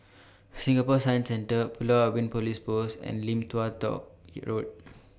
Singapore Science Centre Pulau Ubin Police Post and Lim Tua Tow Road